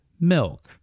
milk